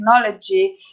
technology